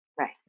Right